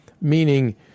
Meaning